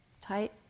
tight